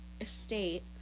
estate